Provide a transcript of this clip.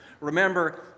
Remember